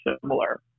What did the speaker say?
similar